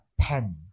pen